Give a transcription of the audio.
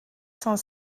cent